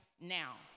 now